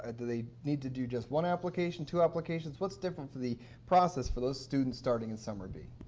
ah do they need to do just one application, two applications? what's different for the process for those students starting in summer b?